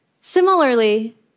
Similarly